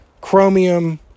chromium